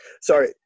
Sorry